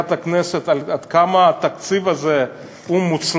במליאת הכנסת עד כמה התקציב הזה מוצלח,